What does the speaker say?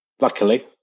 luckily